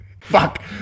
Fuck